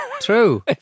true